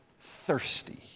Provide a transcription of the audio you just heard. thirsty